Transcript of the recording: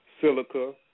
Silica